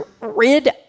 rid